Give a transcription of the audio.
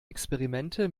experimente